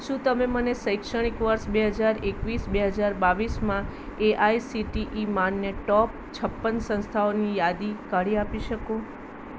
સું તમે મને શૈક્ષણિક વર્ષ બે હજાર એકવીસ બે હજાર બાવીસમાં એઆઇસીટીઇ માન્ય ટોપ છપ્પન સંસ્થાઓની યાદી કાઢી આપી શકો